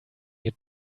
you